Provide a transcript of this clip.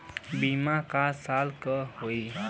बीमा क साल क होई?